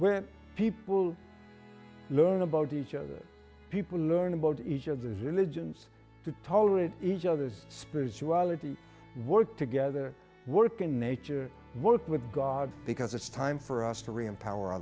where people learn about each other people learn about each of the religions to tolerate each other's spirituality work together work in nature work with god because it's time for us to re empower